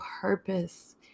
purpose